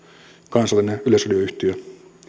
kansallinen yleisradio yhtiö